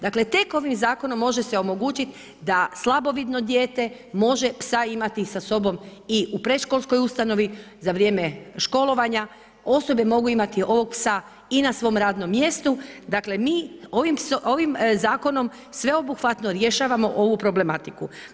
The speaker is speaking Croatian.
Dakle, tek ovim zakonom može se omogućiti da slabovidno dijete može psa imati sa sobom i u predškolskoj ustanovi, za vrijeme školovanja, osobe mogu imati ovog psa i na svom radnom mjestu, dakle mi ovim zakonom sveobuhvatno rješavamo ovu problematiku.